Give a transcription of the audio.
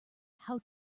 how